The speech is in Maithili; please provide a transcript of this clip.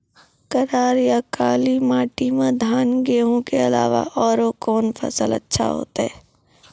करार या काली माटी म धान, गेहूँ के अलावा औरो कोन फसल अचछा होतै?